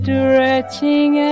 Stretching